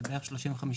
של בערך 35%,